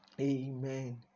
amen